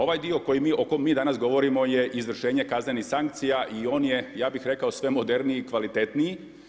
Ovaj dio o kojem mi danas govorimo je izvršenje kaznenih sankcija i on je, ja bih rekao sve moderniji i kvalitetniji.